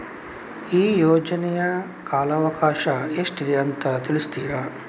ಈ ಯೋಜನೆಯ ಕಾಲವಕಾಶ ಎಷ್ಟಿದೆ ಅಂತ ತಿಳಿಸ್ತೀರಾ?